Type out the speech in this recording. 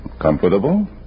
Comfortable